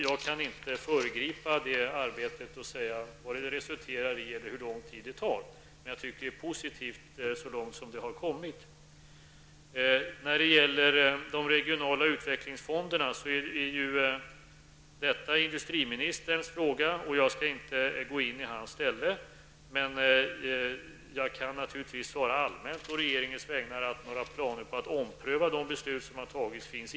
Jag vill inte föregripa det arbetet och säga vad det kommer att resultera i eller hur lång tid det kommer att ta, men jag tycker att det är positivt så här långt. De regionala utvecklingsfonderna faller under industriministerns ansvarsområde, och jag skall inte gå in i hans ställe. Men jag kan naturligtvis på regeringens vägnar allmänt säga att det inte finns några planer på att ompröva de beslut som här har fattats.